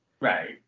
right